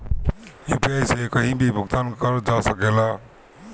UPI से कहीं भी भुगतान कर जा सकेला?